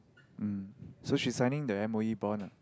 mm so she's signing the M_O_E bond lah